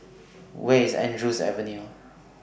Where IS Andrews Avenue